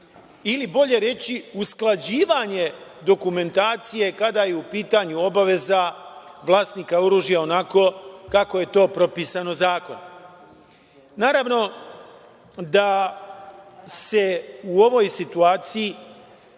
ili bolje reći usklađivanje dokumentacije kada je u pitanju obaveza vlasnika oružja onako kako je to propisano zakonom. Naravno da se u ovoj situaciji